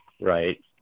Right